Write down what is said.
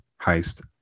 heist